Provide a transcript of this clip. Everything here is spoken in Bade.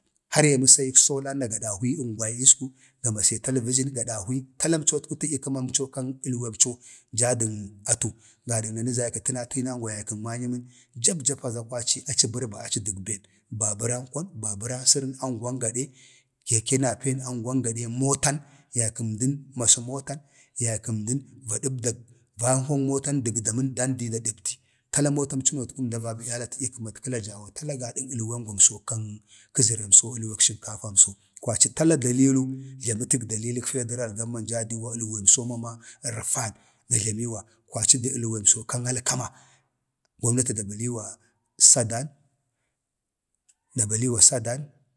﻿har ya məsayik solan na ga dahwingwai iisku, gamase talbijin ga dahwi tala əmco tədya kəmamco jaa dən atu gədan na jaa du təna tinangwa yay kən mamyəmən jap japa za kwaci aci bərba aci dən bek bəbaran kwan bəbəran sərən əngwan gad geeka keke naeepangwan gadə matan, yaykan əmdan masa motan yaykən əmdən va dəbdag vanjnan motan dəg damən tala mota in cənotku tala gadag əlwengwamso kan kəzərəmso əlweg sənkafamso kwaci tata dalili jlamətəg dalilək federal gomman jaa duwa əlwem so mama rəfan da jlamiwa kwaci əlwemso kan alkama gomnati da baliiwa sadan da baliiwa sadan.